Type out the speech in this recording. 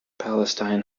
palestine